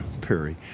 Perry